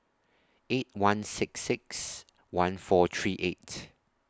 eight one six six one four three eight